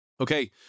Okay